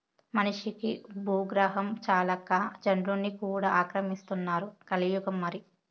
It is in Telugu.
మనిషికి బూగ్రహం చాలక చంద్రుడ్ని కూడా ఆక్రమిస్తున్నారు కలియుగం మరి